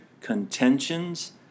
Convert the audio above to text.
contentions